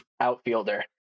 Outfielder